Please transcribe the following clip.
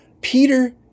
Peter